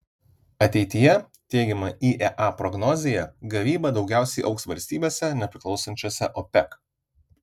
ateityje teigiama iea prognozėje gavyba daugiausiai augs valstybėse nepriklausančiose opec